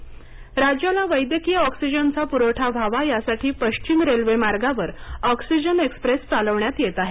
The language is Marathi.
एक्सप्रेस नवी मंबई राज्याला वैद्यकीय ऑक्सीजनचा पुरवठा व्हावा यासाठी पश्चिम रेल्वे मार्गावर ऑक्सीजन एक्सप्रेस चालवण्यात येत आहे